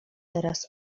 teraz